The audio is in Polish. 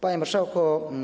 Panie Marszałku!